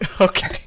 Okay